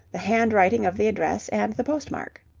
the handwriting of the address, and the postmark.